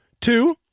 Two